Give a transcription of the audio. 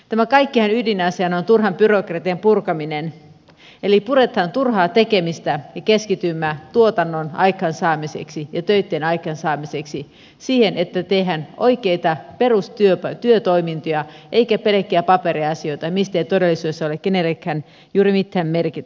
tämän kaiken ydinasiana on turhan byrokratian purkaminen eli puretaan turhaa tekemistä ja keskitytään tuotannon aikaansaamiseen ja töitten aikaansaamiseen siihen että tehdään oikeita perustyötoimintoja eikä pelkkiä paperiasioita joilla ei todellisuudessa ole kenellekään juuri mitään merkitystä